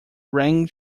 rang